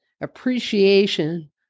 appreciation